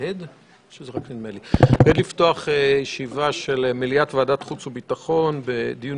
אני מתכבד לפתוח את ישיבת מליאת ועדת החוץ והביטחון בדיון